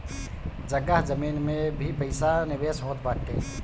जगह जमीन में भी पईसा निवेश होत बाटे